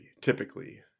typically